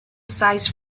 size